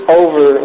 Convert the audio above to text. over